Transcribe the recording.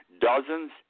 Dozens